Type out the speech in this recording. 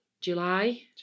July